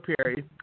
Perry